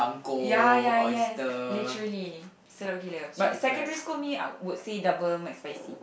ya ya ya literally sedap gila but secondary school me I would say double McSpicy